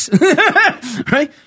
right